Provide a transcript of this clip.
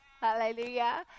Hallelujah